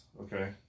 okay